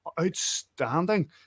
outstanding